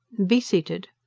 be seated.